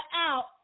out